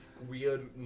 weird